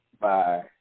Bye